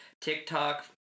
TikTok